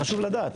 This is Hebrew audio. חשוב לדעת.